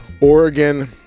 Oregon